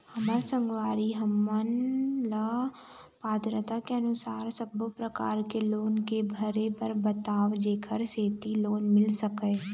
हमर संगवारी हमन ला पात्रता के अनुसार सब्बो प्रकार के लोन के भरे बर बताव जेकर सेंथी लोन मिल सकाए?